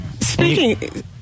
Speaking